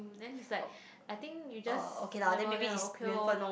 then he's like I think you just never then I like okay lor